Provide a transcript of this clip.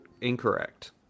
Incorrect